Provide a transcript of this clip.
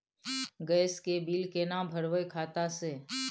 Gas के bill केना भरबै खाता से?